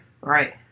Right